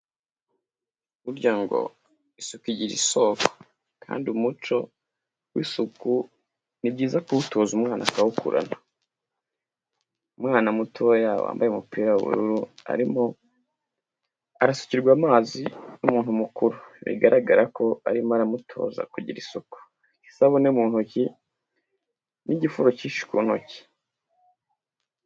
Burya ngo isuku igira isoko kandi umuco w'isuku ni byiza kuwutoza umwana akawukurana, umwana mutoya wambaye umupira w'ubururu, arimo arasukirwa amazi n'umuntu mukuru, bigaragara ko arimo aramutoza kugira isuku, isabune mu ntoki n'igifuro cyinshi ku ntoki.